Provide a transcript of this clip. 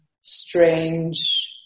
strange